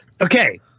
Okay